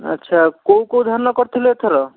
ଆଚ୍ଛା କେଉଁ କେଉଁ ଧାନ କରିଥିଲେ ଏଥର